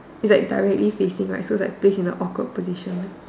is like directly facing right so like place in a awkward position